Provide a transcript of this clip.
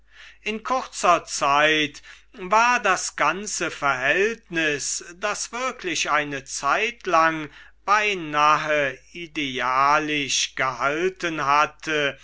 in kurzer zeit war das ganze verhältnis das wirklich eine zeitlang beinahe idealisch gehalten hatte